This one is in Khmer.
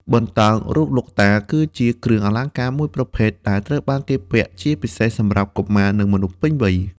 បន្តោងរូបលោកតា គឺជាគ្រឿងអលង្ការមួយប្រភេទដែលត្រូវបានគេពាក់ជាពិសេសសម្រាប់កុមារនិងមនុស្សពេញវ័យ។